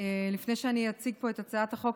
לפני שאני אציג פה את הצעת החוק,